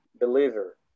believer